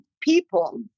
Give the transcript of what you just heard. people